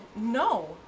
no